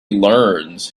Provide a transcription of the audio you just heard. learns